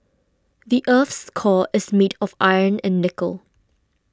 the earth's core is made of iron and nickel